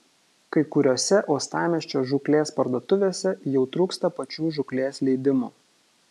kai kuriose uostamiesčio žūklės parduotuvėse jau trūksta pačių žūklės leidimų